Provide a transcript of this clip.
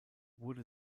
wurde